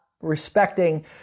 respecting